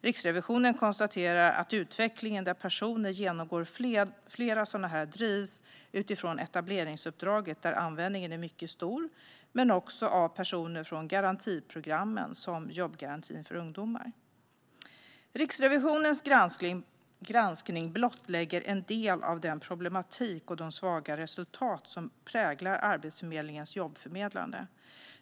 Riksrevisionen konstaterar att utvecklingen där personer genomgår flera sådana utbildningar drivs utifrån etableringsuppdraget där användningen är mycket stor, men också av personer från garantiprogram, såsom jobbgarantin för ungdomar. Riksrevisionens granskning blottlägger en del av den problematik och de svaga resultat som präglar Arbetsförmedlingens jobbförmedlande.